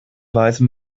weise